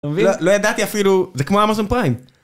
לא ידעתי אפילו, זה כמו Amazon Prime.